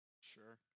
Sure